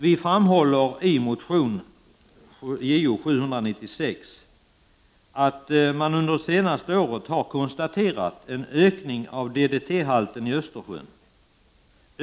Vi framhåller i motionen Jo796 att man under det senaste året har kunnat konstatera en ökning av DDT-halten i Östersjön.